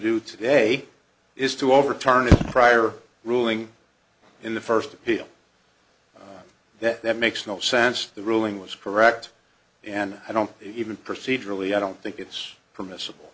do today is to overturn a prior ruling in the first appeal that makes no sense the ruling was correct and i don't even procedurally i don't think it's permissible